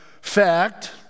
fact